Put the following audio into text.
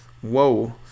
whoa